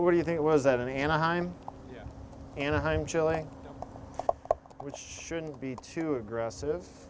what do you think it was that in anaheim anaheim chilling which shouldn't be too aggressive